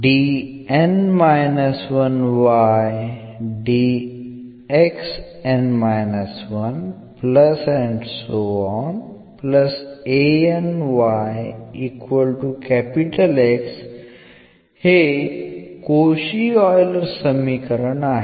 तर हे Cauchy Euler समीकरण आहे